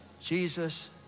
Jesus